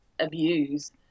abuse